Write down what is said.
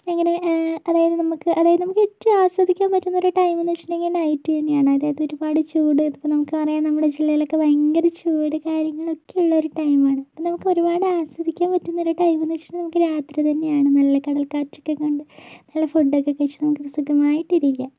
അങ്ങനെ അതായത് നമുക്ക് അതായത് നമുക്ക് ഏറ്റവും ആസ്വദിക്കാൻ പറ്റുന്നൊരു ടൈമ്ന്ന് വച്ചിട്ടുണ്ടെങ്കി നൈറ്റ് തന്നെയാണ് അതായത് ഒരുപാട് ചൂട് ഇതിപ്പോൾ നമുക്കറിയാം നമ്മുടെ ജില്ലേലൊക്കെ ഭയങ്കര ചൂട് കാര്യങ്ങളൊക്കെയുള്ളൊര് ടൈമാണ് നമുക്കൊരുപാട് ആസ്വദിക്കാൻ പറ്റുന്നൊരു ടൈമ്ന്ന് വെച്ചിട്ടുണ്ടെങ്കി നമുക്ക് രാത്രി തന്നെയാണ് നല്ല കടൽക്കറ്റൊക്കെ കൊണ്ട് നല്ല ഫുഡൊക്കെ കഴിച്ച് നമുക്ക് സുഖമായിട്ടിരിക്കാം